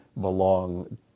belong